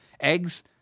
eggs